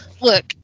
look